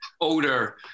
odor